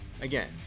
again